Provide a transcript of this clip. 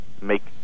make